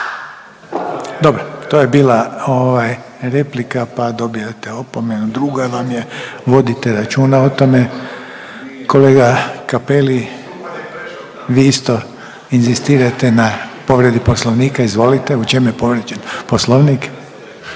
Dobro, to je bila ovaj replika, pa dobijate opomenu, druga vam je, vodite računa o tome. Kolega Cappelli, vi isto inzistirate na povredi poslovnika, izvolite, u čem je povrijeđen poslovnik?